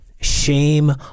Shame